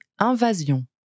invasion